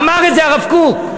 אמר את זה הרב קוק.